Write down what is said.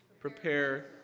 Prepare